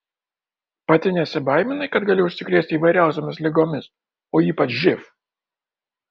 pati nesibaiminai kad gali užsikrėsti įvairiausiomis ligomis o ypač živ